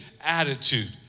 attitude